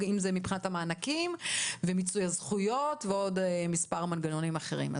אם זה מבחינת המענקים ומיצוי הזכויות ועוד מספר מנגנונים אחרים.